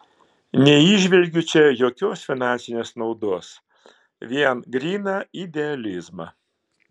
neįžvelgiu čia jokios finansinės naudos vien gryną idealizmą